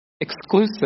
exclusive